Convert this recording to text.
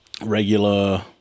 regular